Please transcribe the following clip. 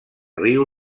riu